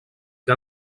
que